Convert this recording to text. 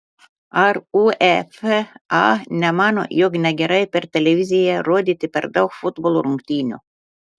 ar uefa nemano jog negerai per televiziją rodyti per daug futbolo rungtynių